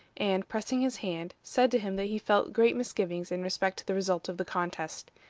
and, pressing his hand, said to him that he felt great misgivings in respect to the result of the contest.